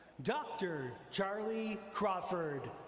dr. charlie crawford.